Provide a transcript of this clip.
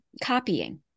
copying